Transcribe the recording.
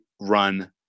run